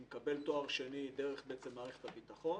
הוא מקבל תואר שני דרך מערכת הביטחון